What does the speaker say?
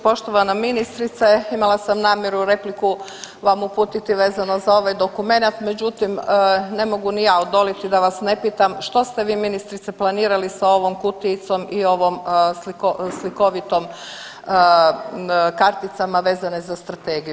Poštovana ministrice, imala sam namjeru repliku vam uputiti vezano za ovaj dokumenat, međutim ne mogu ni ja odoliti da vas ne pitam što ste vi ministrice planirali sa ovom kutijicom i ovom slikovitom karticama vezane za strategiju.